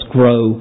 grow